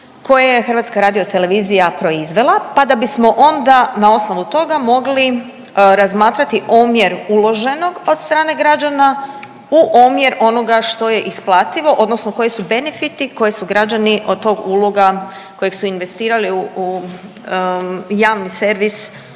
koje je HRT proizvela pa da bismo onda na osnovu toga mogli razmatrati omjer uloženog od strane građana u omjer onoga što je isplativo odnosno koji su benefiti koje su građani od tog uloga kojeg su investirali u javni servis